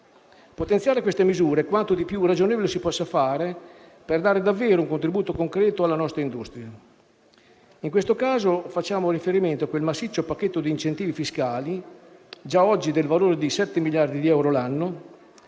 Potenziare queste misure è quanto di più ragionevole si possa fare per dare davvero un contributo concreto alla nostra industria. In questo caso, facciamo riferimento a quel massiccio pacchetto di incentivi fiscali, già oggi del valore di 7 miliardi di euro l'anno,